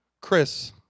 Chris